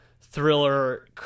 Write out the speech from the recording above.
thriller